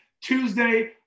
Tuesday